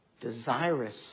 desirous